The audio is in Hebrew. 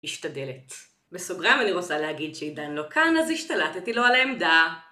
משתדלת. בסוגריים אני רוצה להגיד שעידן לא כאן, אז השתלטתי לו על העמדה.